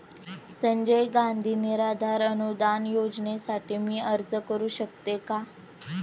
संजय गांधी निराधार अनुदान योजनेसाठी मी अर्ज करू शकते का?